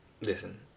Listen